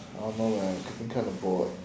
I don't know but I'm getting kind of bored